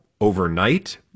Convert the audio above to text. overnight